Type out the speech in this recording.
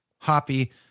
hoppy